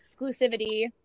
exclusivity